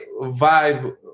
Vibe